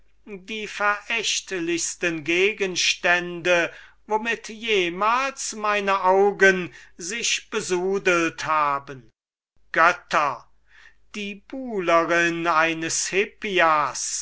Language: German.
die zwei verächtlichsten gegenstände womit jemals meine augen sich besudelt haben götter die buhlerin eines hippias